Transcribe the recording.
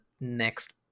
next